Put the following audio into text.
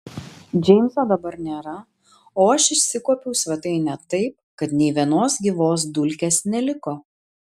džeimso dabar nėra o aš išsikuopiau svetainę taip kad nė vienos gyvos dulkės neliko